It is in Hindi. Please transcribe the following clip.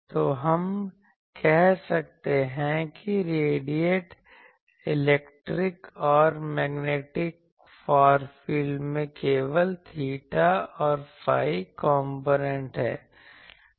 तो हम कह सकते हैं कि रेडिएटिड इलेक्ट्रिक और मैग्नेटिक फार फील्ड में केवल theta और phi कॉम्पोनेंट हैं